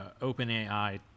OpenAI